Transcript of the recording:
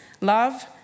Love